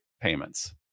payments